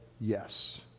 yes